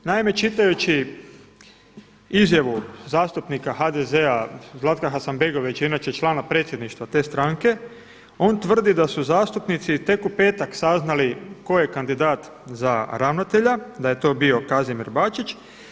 Naime, čitajući izjavu zastupnika HDZ-a Zlatana Hasanbegovića, inače člana predsjedništva te stranke on tvrdi da su zastupnici tek u petak saznali tko je kandidat za ravnatelja, da je to bio Kazimir Bačić.